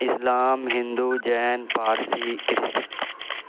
Islam Hindu Jain Parsi Christian